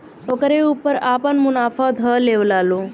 ओकरे ऊपर आपन मुनाफा ध लेवेला लो